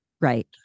Right